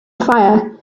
fire